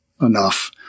enough